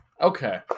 Okay